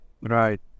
right